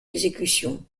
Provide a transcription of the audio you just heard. exécutions